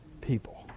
people